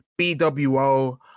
BWO